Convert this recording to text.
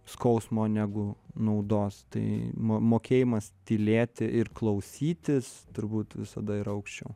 skausmo negu naudos tai mo mokėjimas tylėti ir klausytis turbūt visada yra aukščiau